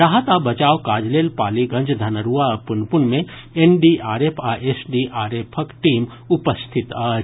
राहत आ बचाव काज लेल पालीगंज धनरूआ आ पुनपुन मे एनडीआरएफ आ एसडीआरएफक टीम उपस्थित अछि